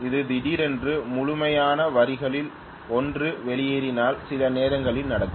அது திடீரென்று முழுமையான வரிகளில் ஒன்று வெளியேறினால் சில நேரங்களில் நடக்கும்